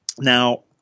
now